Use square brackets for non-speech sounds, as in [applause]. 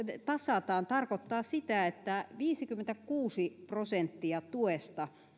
[unintelligible] sitä tasataan tarkoittaa sitä että viisikymmentäkuusi prosenttia tuesta